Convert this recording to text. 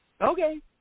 Okay